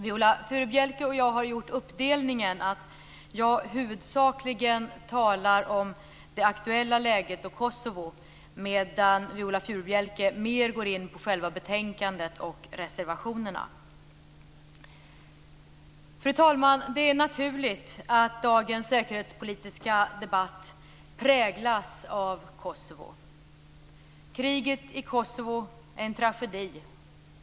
Viola Furubjelke och jag har gjort uppdelningen att jag huvudsakligen talar om det aktuella läget och Kosovo medan Viola Furubjelke mer går in på själva betänkandet och reservationerna. Fru talman! Det är naturligt att dagens säkerhetspolitiska debatt präglas av Kosovo. Kriget i Kosovo är en tragedi.